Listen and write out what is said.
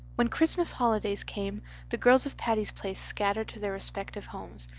when christmas holidays came the girls of patty's place scattered to their respective homes,